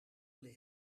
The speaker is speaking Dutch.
licht